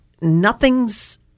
nothing's